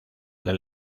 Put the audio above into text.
del